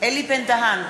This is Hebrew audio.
אלי בן-דהן,